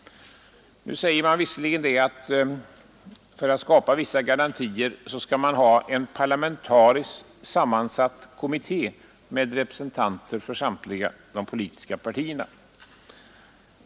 Nu säger utskottet att för att skapa vissa garantier skall man ha en parlamentariskt sammansatt kommitté med representanter för samtliga politiska partier.